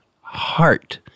heart